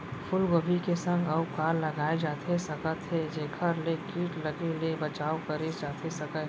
फूलगोभी के संग अऊ का लगाए जाथे सकत हे जेखर ले किट लगे ले बचाव करे जाथे सकय?